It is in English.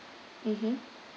mmhmm